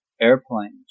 airplanes